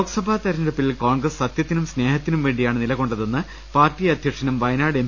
ലോക്സഭാ തെരഞ്ഞെടുപ്പിൽ കോൺഗ്രസ് സത്യത്തിനും സ്നേഹത്തിനും വേണ്ടിയാണ് നിലകൊണ്ടതെന്ന് പാർട്ടി അധ്യക്ഷനും വയനാട് എം